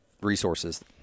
resources